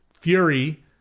Fury